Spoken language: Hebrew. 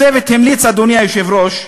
הצוות המליץ, אדוני היושב-ראש,